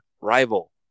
rival